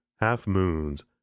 half-moons